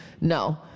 no